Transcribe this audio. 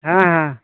हाँ हाँ